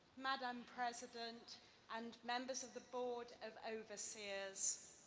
madam president and members of the board of overseers,